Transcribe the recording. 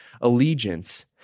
allegiance